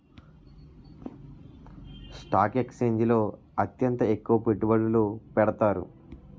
stock ఎక్స్చేంజిల్లో అత్యంత ఎక్కువ పెట్టుబడులు పెడతారు